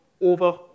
over